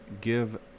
give